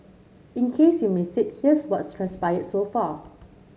in case you missed it here's what's transpired so far